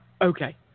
Okay